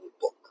book